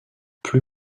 plus